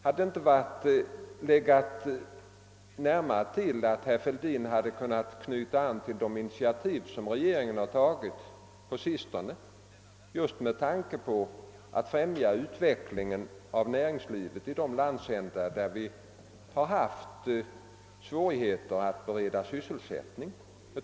Hade det inte legat närmare till för herr Fälldin att knyta an till de initiativ, som regeringen har tagit på sistone i avsikt att främja utvecklingen av näringslivet i de landsändar, där man har haft svårigheter att bereda sysselsättning?